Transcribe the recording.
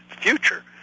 future